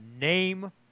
name